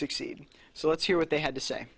succeed so let's hear what they had to say